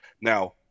Now